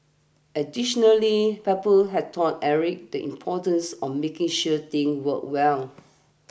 additionally Pebble had taught Eric the importance of making sure things worked well